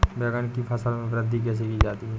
बैंगन की फसल में वृद्धि कैसे की जाती है?